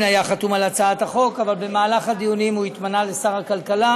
אני מתכבד להביא בפני הכנסת לקריאה